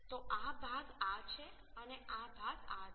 તો આ ભાગ આ છે અને આ ભાગ આ છે